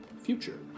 future